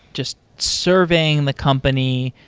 just serving the company,